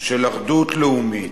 של אחדות לאומית,